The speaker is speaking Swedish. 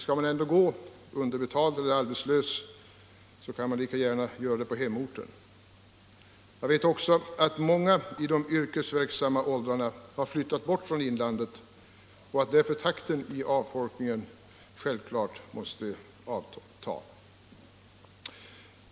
Skall man ändå gå underbetald eller arbetslös, kan man lika gärna göra det på hemorten. Jag vet också att många i de yrkesverksamma åldrarna har flyttat bort från inlandet och att därför takten i avfolkningen självklart måste avta.